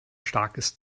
starkes